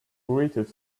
greeted